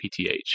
PTH